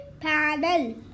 panel